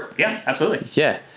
yeah, absolutely. yeah.